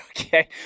Okay